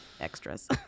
extras